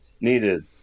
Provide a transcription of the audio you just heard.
Needed